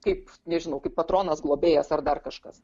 kaip nežinau kaip patronas globėjas ar dar kažkas